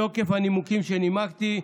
מתוקף הנימוקים שנימקתי.